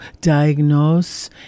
diagnose